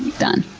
done.